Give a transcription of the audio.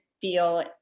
feel